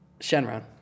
Shenron